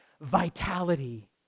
vitality